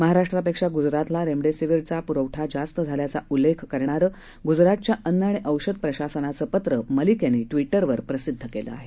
महाराष्ट्रापेक्षा गुजरातला रेमडेसीवीरचा पुरवठा जास्त झाल्याचा उल्लेख करणारं गुजरातच्या अन्न आणि औषध प्रशासनाचं पत्र मलिक यांनी ट्विटरवर प्रसिद्ध केलं आहे